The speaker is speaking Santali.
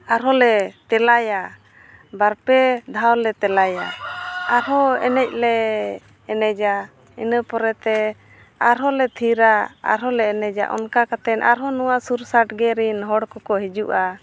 ᱟᱨᱦᱚᱸ ᱞᱮ ᱛᱮᱞᱟᱭᱟ ᱵᱟᱨ ᱯᱮ ᱫᱷᱟᱣ ᱞᱮ ᱛᱮᱞᱟᱭᱟ ᱟᱨ ᱦᱚᱸ ᱮᱱᱮᱡ ᱞᱮ ᱮᱱᱮᱡᱟ ᱤᱱᱟᱹ ᱯᱚᱨᱮᱛᱮ ᱟᱨᱦᱚᱸ ᱞᱮ ᱛᱷᱤᱨᱟ ᱟᱨᱦᱚᱸ ᱞᱮ ᱮᱱᱮᱡᱟ ᱚᱱᱠᱟ ᱠᱟᱛᱮᱫ ᱟᱨ ᱦᱚᱸ ᱱᱚᱣᱟ ᱥᱩᱨ ᱥᱟᱰ ᱜᱮ ᱨᱮᱱ ᱦᱚᱲ ᱠᱚ ᱠᱚ ᱦᱤᱡᱩᱜᱼᱟ